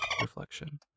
reflection